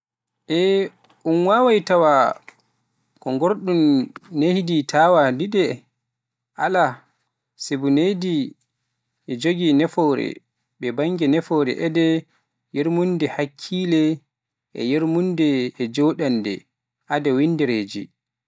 Eey, un waawai tawa ko nguurndam nehdi tawa diine alaa, sibu nehdi ina jogii nafoore to bannge nafooje aadee, yurmeende, hakkille, e yurmeende, e jojjanɗe aadee winndereeje.